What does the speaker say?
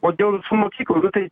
o dėl mokyklų nu tai